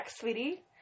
sweetie